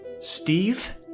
Steve